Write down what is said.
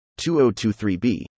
2023B